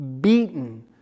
beaten